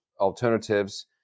alternatives